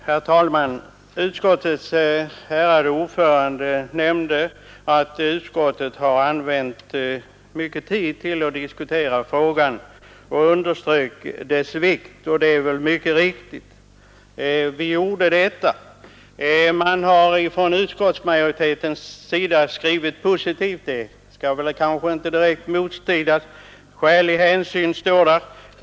Herr talman! Utskottets ärade ordförande nämnde att utskottet har använt mycken tid till att diskutera frågan, och han undersökte dess vikt. Det är riktigt att vi har diskuterat frågan ingående. Man har från utskottsmajoritetens sida skrivit positivt — det kan inte direkt bestridas. ”Skälig hänsyn” står det.